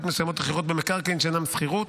מסוימות אחרות במקרקעין שאינן שכירות,